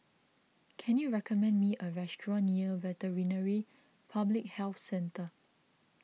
can you recommend me a restaurant near Veterinary Public Health Centre